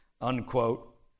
unquote